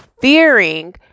fearing